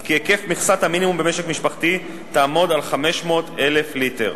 כי היקף מכסת המינימום במשק משפחתי תהיה 500,000 ליטר,